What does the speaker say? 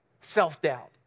self-doubt